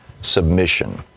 submission